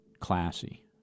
classy